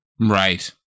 Right